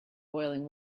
boiling